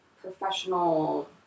professional